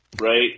right